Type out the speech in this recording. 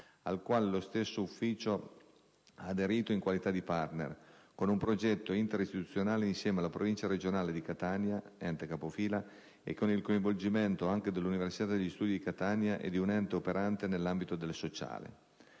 al quale lo stesso Ufficio ha aderito, in qualità di *partner*, con un progetto interistituzionale insieme alla Provincia regionale di Catania (ente capofila) e con il coinvolgimento anche dell'Università degli studi di Catania e di un ente operante nell'ambito del sociale.